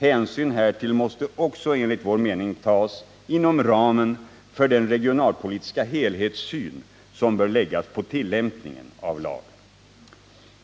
Hänsyn härtill måste också enligt vår mening tas inom ramen för den regionalpolitiska helhetssyn som bör läggas på tillämpningen av lagen.